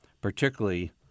particularly